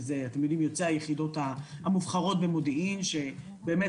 ואלה יוצאי היחידות המובחרות במודיעין שבאמת